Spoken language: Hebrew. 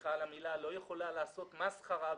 סליחה על המילה לא יכולה לעשות "מסחרה"